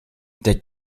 der